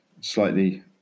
slightly